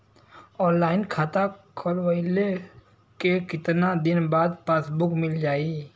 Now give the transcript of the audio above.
Online खाता खोलवईले के कितना दिन बाद पासबुक मील जाई?